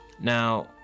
Now